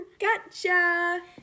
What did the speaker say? gotcha